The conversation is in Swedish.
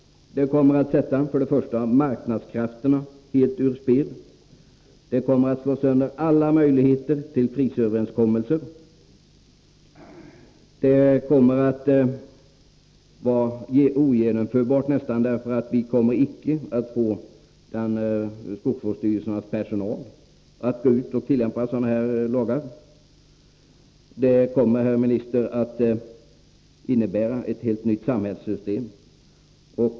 Det kommer att sätta marknadskrafterna helt ur spel. Det kommer att slå sönder alla möjligheter till prisöverenskommelser. Det kommer att vara nästan ogenomförbart, därför att vi icke kommer att få skogsvårdsstyrelsens personal att tillämpa sådana här lagar. Det kommer, herr minister, att innebära ett helt nytt samhällssystem.